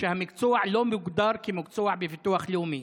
והמקצוע לא מוגדר כמקצוע בביטוח לאומי.